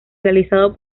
realizado